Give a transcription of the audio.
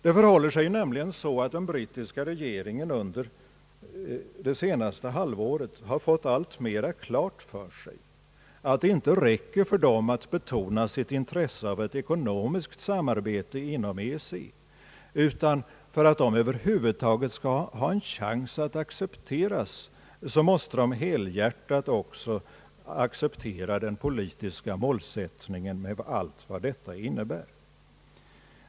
Den brittiska regeringen har nämligen under det senaste halvåret fått alltmera klart för sig att det inte räcker för den att betona sitt intresse av ett ekonomiskt samarbete inom EEC, utan att England för att det över huvud taget skall ha en chans att accepteras, måste helhjärtat acceptera också EEC:s politiska målsättning med allt vad den innebär.